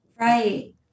Right